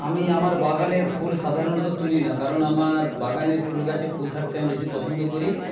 আমি আমার বাগানের ফুল সাধারণত তুলি না কারণ আমার বাগানের ফুল গাছে ফুল থাকতে আমি বেশি পছন্দ করি